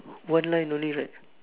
one line only right